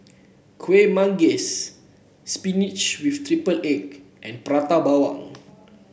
Kueh Manggis spinach with triple egg and Prata Bawang